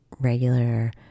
regular